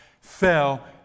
fell